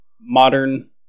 modern